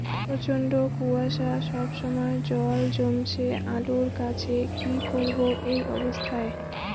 প্রচন্ড কুয়াশা সবসময় জল জমছে আলুর গাছে কি করব এই অবস্থায়?